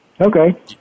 Okay